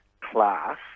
class